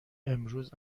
امروز